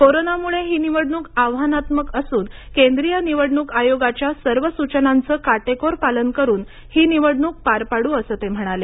कोरोनामुळे ही निवडणूक आव्हानात्मक असून केंद्रीय निवडणूक आयोगाच्या सर्व सूचनांचे काटेकोर पालन करून ही निवडणूक पार पाड्र असं ते म्हणाले